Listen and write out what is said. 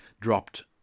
dropped